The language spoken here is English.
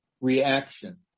reaction